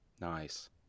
Nice